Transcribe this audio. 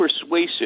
persuasive